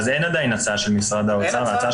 אז אין עדיין הצעה של משרד האוצר.